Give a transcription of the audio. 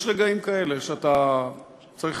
יש רגעים כאלה, שאתה צריך